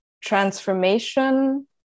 transformation